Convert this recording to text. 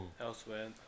elsewhere